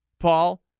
Paul